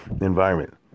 environment